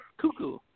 cuckoo